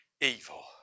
evil